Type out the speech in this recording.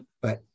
But-